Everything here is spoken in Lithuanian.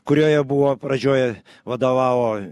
kurioje buvo pradžioje vadovavo